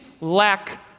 lack